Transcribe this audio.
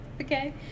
Okay